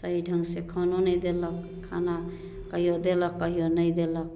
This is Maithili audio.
सही ढंग से खानो नहि देलक खाना कहियो देलक कहियो नहि देलक